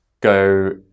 go